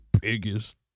biggest